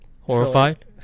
horrified